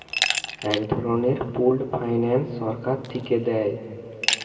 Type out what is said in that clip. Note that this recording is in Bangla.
এক ধরনের পুল্ড ফাইন্যান্স সরকার থিকে দেয়